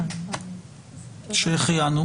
שהחיינו.